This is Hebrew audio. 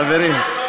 חברים.